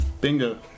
Bingo